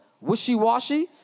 wishy-washy